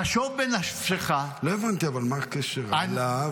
חשוב בנפשך --- אבל לא הבנתי מה הקשר אליו,